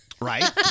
Right